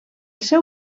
seu